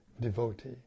devotee